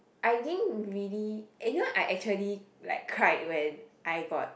I didn't really and you know I actually like cried when I got